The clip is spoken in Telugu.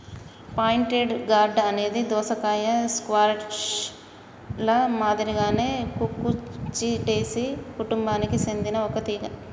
పాయింటెడ్ గార్డ్ అనేది దోసకాయ, స్క్వాష్ ల మాదిరిగానే కుకుర్చిటేసి కుటుంబానికి సెందిన ఒక తీగ